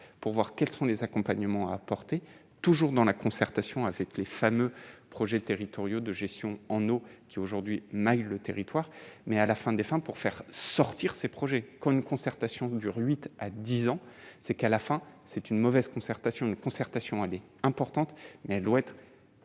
pour voir quels sont les accompagnements à porter toujours dans la concertation avec les fameux projets territoriaux de gestion en haut qui aujourd'hui maille le territoire mais à la fin décembre pour faire sortir ces projets qu'on ne concertation dure 8 à 10 ans c'est qu'à la fin, c'est une mauvaise concertation une concertation importante, elle doit être